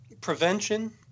prevention